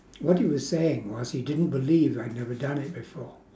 what he was saying was he didn't believe I've never done it before